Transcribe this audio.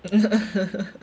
and